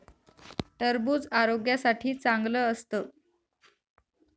टरबूज आरोग्यासाठी चांगलं असतं